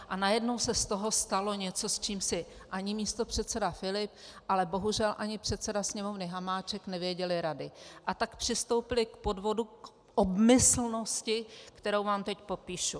A najednou se z toho stalo něco, s čím si ani místopředseda Filip, ale bohužel ani předseda Sněmovny Hamáček nevěděli rady, a tak přistoupili k podvodu, obmyslnosti, kterou vám teď popíšu.